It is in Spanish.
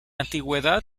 antigüedad